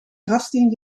grafsteen